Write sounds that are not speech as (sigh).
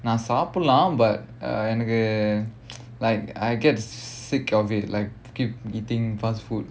நான் சாப்பிடலாம்:naan saappidalaam but uh எனக்கு:enakku (noise) like I get sick of it like keep eating fast food